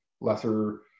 lesser